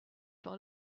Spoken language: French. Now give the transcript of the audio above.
par